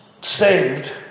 saved